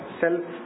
self